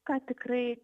ką tikrai